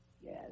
Yes